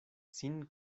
sin